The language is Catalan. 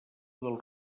del